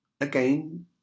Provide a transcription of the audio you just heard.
Again